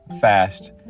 fast